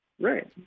Right